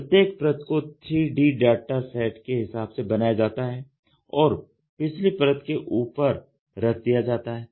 प्रत्येक परत को 3D डाटा सेट के हिसाब से बनाया जाता है और पिछली परत के ऊपर रख दिया jata है